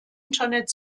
internet